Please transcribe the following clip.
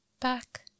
back